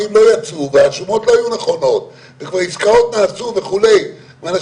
אנחנו זימנו גם את גורמי המקצוע, אני חושב